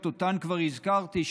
שאותן כבר הזכרתי,